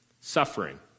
suffering